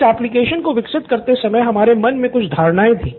इस एप्लिकेशन को विकसित करते समय हमारे मन में कुछ धारणाएँ थी